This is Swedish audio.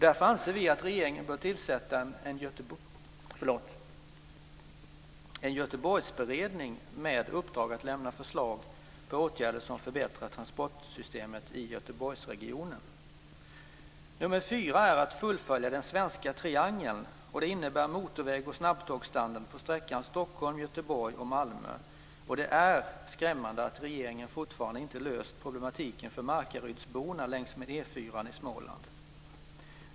Därför anser vi att regeringen bör tillsätta en Göteborgsberedning med uppdrag att lämna förslag till åtgärder som förbättrar transportsystemet i Göteborgsregionen. För det fjärde: Fullfölj den svenska triangeln. Det innebär motorväg och snabbtågsstandard på sträckan Stockholm-Göteborg-Malmö. Det är skrämmande att regeringen ännu inte löst problematiken för markarydsborna längs E 4 i Småland.